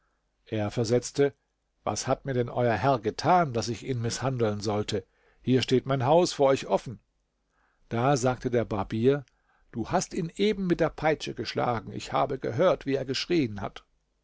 er versetzte was hat mir denn euer herr getan daß ich ihn mißhandeln sollte hier steht mein haus vor euch offen da sagte der barbier du hast ihn eben mit der peitsche geschlagen ich habe gehört wie er geschrieen hat